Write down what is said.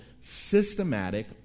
systematic